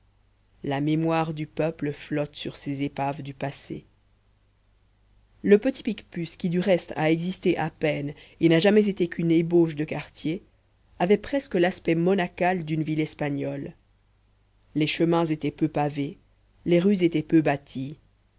la mémoire du peuple flotte sur ces épaves du passé le petit picpus qui du reste a existé à peine et n'a jamais été qu'une ébauche de quartier avait presque l'aspect monacal d'une ville espagnole les chemins étaient peu pavés les rues étaient peu bâties